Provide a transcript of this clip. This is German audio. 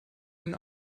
den